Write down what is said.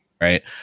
right